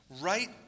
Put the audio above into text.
right